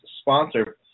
sponsor